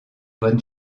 bonne